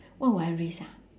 what will I risk ah